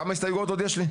כמה הסתייגויות עוד יש לי?